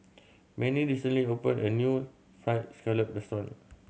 Manie recently opened a new Fried Scallop restaurant